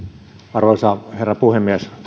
arvoisa herra puhemies